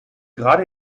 gerade